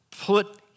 put